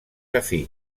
afí